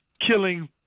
killing